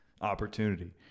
opportunity